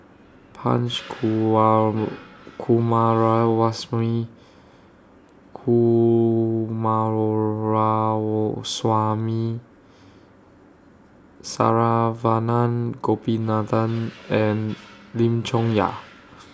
Punch Coomaraswamy Saravanan Gopinathan and Lim Chong Yah